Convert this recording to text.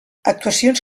actuacions